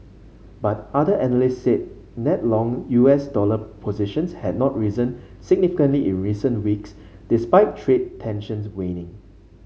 but other analysts said net long U S dollar positions had not risen significantly in recent weeks despite trade tensions waning